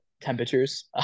temperatures